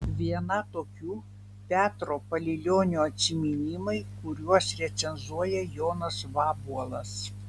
viena tokių petro palilionio atsiminimai kuriuos recenzuoja jonas vabuolas